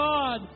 God